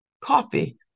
coffee